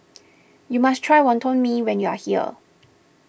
you must try Wonton Mee when you are here